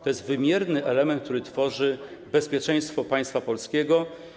To jest wymierny element, który tworzy bezpieczeństwo państwa polskiego.